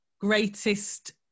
greatest